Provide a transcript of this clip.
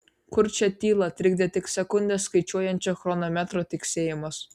kurčią tylą trikdė tik sekundes skaičiuojančio chronometro tiksėjimas